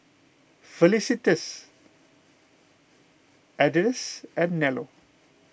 Felicitas Ardyce and Nello